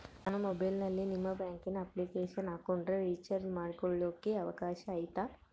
ನಾನು ಮೊಬೈಲಿನಲ್ಲಿ ನಿಮ್ಮ ಬ್ಯಾಂಕಿನ ಅಪ್ಲಿಕೇಶನ್ ಹಾಕೊಂಡ್ರೆ ರೇಚಾರ್ಜ್ ಮಾಡ್ಕೊಳಿಕ್ಕೇ ಅವಕಾಶ ಐತಾ?